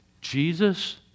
Jesus